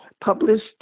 published